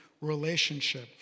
relationship